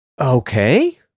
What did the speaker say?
Okay